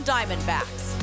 Diamondbacks